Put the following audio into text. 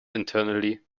internally